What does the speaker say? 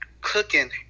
cooking